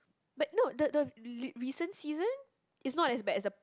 but no the the re~ recent season is not as bad as the